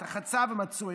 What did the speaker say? את החצב המצוי,